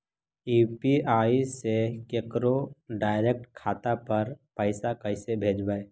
UPI से केकरो direct खाता पर पैसा कैसे भेजबै?